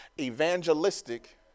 evangelistic